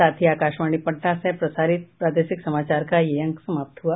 इसके साथ ही आकाशवाणी पटना से प्रसारित प्रादेशिक समाचार का ये अंक समाप्त हुआ